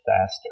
faster